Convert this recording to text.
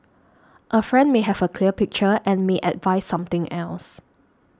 a friend may have a clear picture and may advise something else